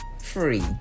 free